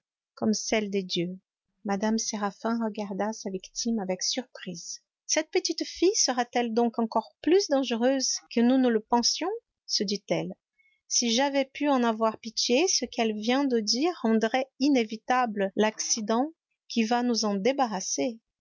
comme celles de dieu mme séraphin regarda sa victime avec surprise cette petite fille serait-elle donc encore plus dangereuse que nous ne le pensions se dit-elle si j'avais pu en avoir pitié ce qu'elle vient de dire rendrait inévitable l'accident qui va nous en débarrasser